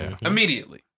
Immediately